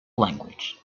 language